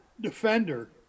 defender